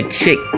chick